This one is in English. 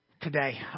today